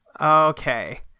Okay